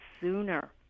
sooner